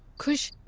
kush,